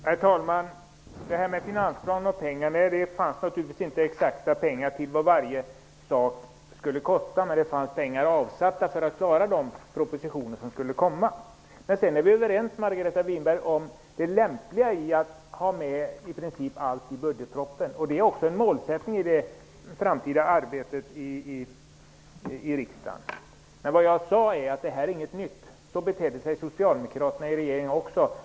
Herr talman! I finansplanen fanns naturligtvis inga exakta uppgifter om vad varje sak skulle kosta, men det fanns pengar avsatta för de propositioner som skulle komma. Men, Margareta Winberg, vi är överens om det lämpliga i att ha med i princip allt i budgetpropostitionen. Det är också en målsättning för det framtida arbetet i riksdagen. Men som jag sade är detta inget nytt; så betedde sig den socialdemokratiska regeringen också.